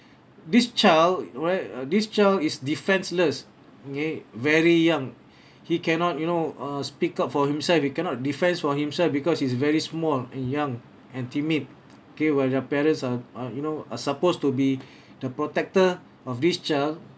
this child well uh this child is defenseless okay very young he cannot you know uh speak up for himself he cannot defense for himself because his very small and young and timid K while their parents are are you know are supposed to be the protector of this child